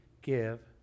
give